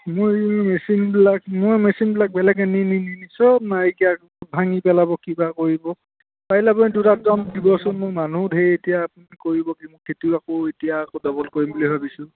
মোৰ এই মেচিনবিলাক মোৰ মেচিনবিলাক বেলেগে নি নি নি নি চব নাইকিয়া ভাঙি পেলাব কিবা কৰিব পাৰিলে আপুনি দুটামান দিবচোন মোৰ মানুহো ঢেৰ এতিয়া আপুনি কৰিব কি মোক খেতিও আকৌ এতিয়া আকৌ ডাবল কৰিম বুলি ভাবিছোঁ